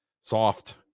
soft